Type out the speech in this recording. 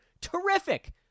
Terrific